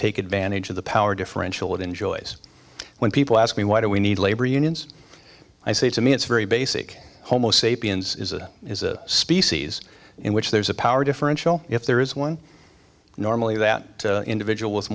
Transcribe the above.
take advantage of the power differential it enjoys when people ask me why do we need labor unions i say to me it's very basic homo sapiens is a is a species in which there's a power differential if there is one normally that individual